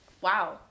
wow